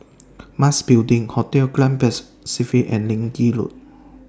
Mas Building Hotel Grand and Leng Kee Road